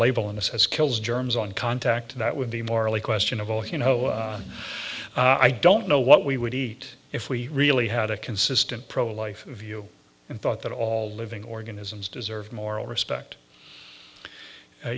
label in us as kills germs on contact that would be morally questionable you know i don't know what we would eat if we really had a consistent pro life view and thought that all living organisms deserve moral respect